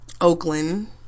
Oakland